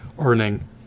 earning